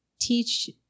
teach